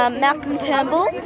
ah malcolm turnbull,